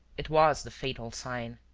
it was the fatal sign.